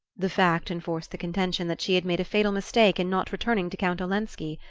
the fact enforced the contention that she had made a fatal mistake in not returning to count olenski.